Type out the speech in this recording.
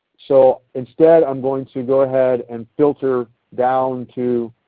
so instead i'm going to go ahead and filter down to